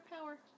power